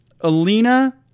Alina